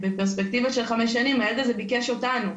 שבפרספקטיבה של חמש שנים הילד הזה ביקש אותנו.